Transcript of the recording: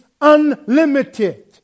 unlimited